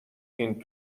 این